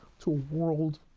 to a world,